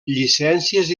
llicències